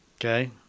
Okay